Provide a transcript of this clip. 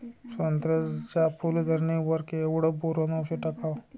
संत्र्याच्या फूल धरणे वर केवढं बोरोंन औषध टाकावं?